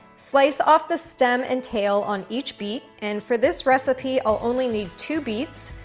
slice off the stem and tail on each beet. and for this recipe, i'll only need two beets.